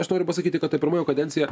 aš noriu pasakyti kad ta pirma jo kadencija